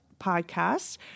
podcast